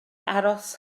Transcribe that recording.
aros